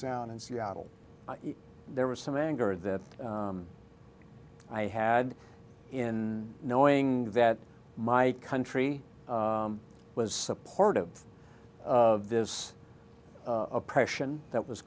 sound in seattle there was some anger that i had in knowing that my country was supportive of this oppression that was